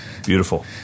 beautiful